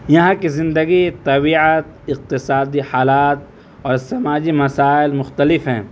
یہاں کی زندگی طبیعت اقتصادی حالات اور سماجی مسائل مختلف ہیں